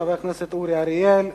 חבר הכנסת אורי אריאל.